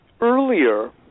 earlier